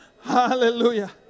Hallelujah